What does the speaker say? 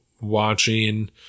watching